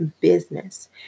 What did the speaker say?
business